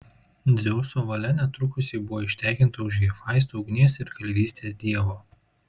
dzeuso valia netrukus ji buvo ištekinta už hefaisto ugnies ir kalvystės dievo